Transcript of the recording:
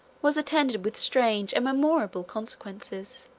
was attended with strange and memorable consequences.